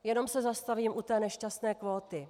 Jenom se zastavím u té nešťastné kvóty.